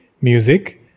music